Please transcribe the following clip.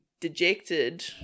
dejected